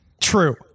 True